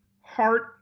heart